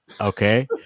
Okay